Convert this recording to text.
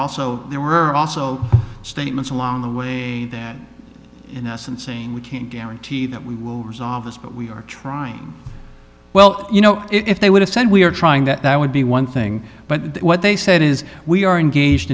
also there were also statements along the way that in essence saying we can't guarantee that we will resolve this but we are trying well you know if they would have said we are trying that would be one thing but what they said is we are engaged